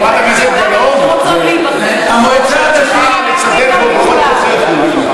חברת הכנסת גלאון, בכל כוחך.